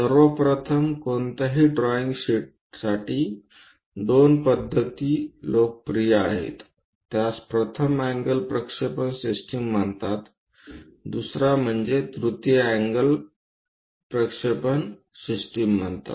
सर्वसाधारणपणे कोणत्याही ड्रॉईंग शीट्ससाठी दोन पद्धती लोकप्रिय आहेत त्यास प्रथम अँगल प्रक्षेपण सिस्टम म्हणतात दुसरे म्हणजे तृतीय अँगल प्रक्षेपण सिस्टम म्हणतात